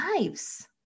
lives